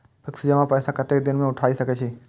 Fix जमा पैसा कतेक दिन में उठाई सके छी?